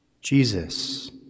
Jesus